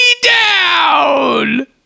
down